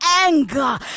anger